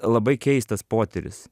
labai keistas potyris